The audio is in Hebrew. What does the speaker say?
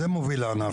זה מה שמוביל לאנרכיה,